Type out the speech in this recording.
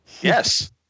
Yes